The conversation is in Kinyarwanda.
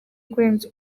kurenza